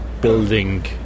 building